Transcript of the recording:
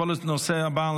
בבקשה, הודעה.